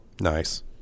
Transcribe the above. nice